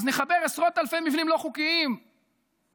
אז נחבר עשרות אלפי מבנים לא חוקיים לחשמל,